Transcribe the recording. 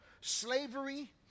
slavery